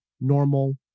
normal